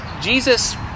Jesus